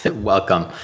Welcome